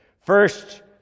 First